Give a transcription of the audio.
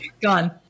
Gone